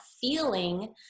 feeling